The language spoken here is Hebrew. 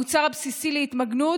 המוצר הבסיסי להתמגנות?